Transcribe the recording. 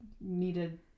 needed